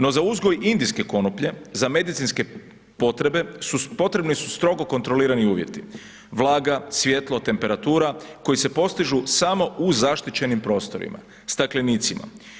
No, za uzgoj indijske konoplje za medicinske potrebe, potrebni su strogo kontrolirali uvjeti, vlaga, svjetlo, temperatura, koji se postižu samo u zaštićenim prostorima, staklenicima.